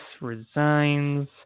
resigns